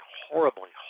horribly